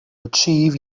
achieve